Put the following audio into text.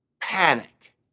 panic